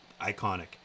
Iconic